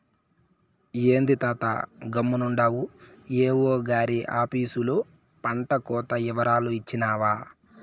ఏంది తాతా గమ్మునుండావు ఏవో గారి ఆపీసులో పంటకోత ఇవరాలు ఇచ్చినావా